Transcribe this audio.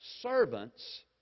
servants